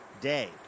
day